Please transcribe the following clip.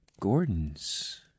Gordons